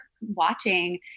watching